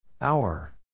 Hour